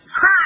Hi